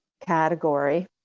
category